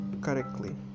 correctly